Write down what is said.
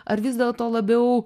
ar vis dėlto labiau